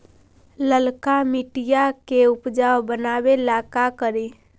लालका मिट्टियां के उपजाऊ बनावे ला का करी?